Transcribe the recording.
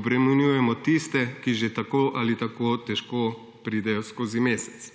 obremenjujemo tiste, ki že tako ali tako težko pridejo skozi mesec.